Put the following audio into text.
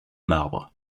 marbre